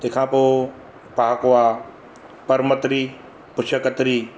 तंहिंखां पोइ पहाको आहे परमत्री पुशकत्री